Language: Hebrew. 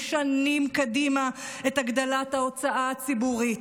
שנים קדימה את הגדלת ההוצאה הציבורית.